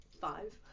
five